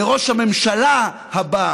לראש הממשלה הבא